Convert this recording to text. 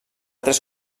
tres